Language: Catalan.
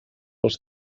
als